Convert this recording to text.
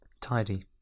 Tidy